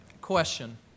question